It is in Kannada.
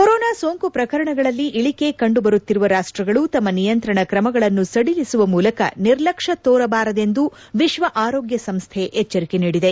ಕೊರೊನಾ ಸೋಂಕು ಪ್ರಕರಣಗಳಲ್ಲಿ ಇಳಿಕೆ ಕಂಡು ಬರುತ್ತಿರುವ ರಾಷ್ಟಗಳು ತಮ್ಮ ನಿಯಂತ್ರಣ ಕ್ರಮಗಳನ್ನು ಸದಿಲಿಸುವ ಮೂಲಕ ನಿರ್ಲಕ್ಷ್ನ ತೋರಬಾರದೆಂದು ವಿಶ್ವ ಆರೋಗ್ಯ ಸಂಸ್ಥೆ ಎಚ್ಚರಿಕೆ ನೀದಿದೆ